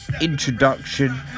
introduction